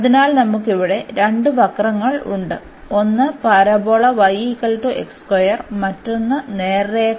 അതിനാൽ നമുക്ക് ഇവിടെ രണ്ട് വക്രങ്ങൾ ഉണ്ട് ഒന്ന് പരാബോള മറ്റൊന്ന് നേർരേഖ